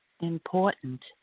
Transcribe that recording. important